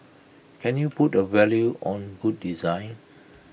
can you put A value on good design